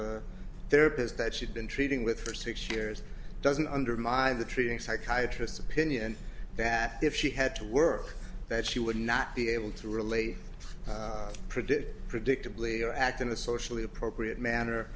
peers that she'd been treating with for six years doesn't undermine the treating psychiatry as opinion that if she had to work that she would not be able to relate predict predictably or act in a socially appropriate manner